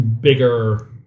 bigger